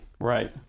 Right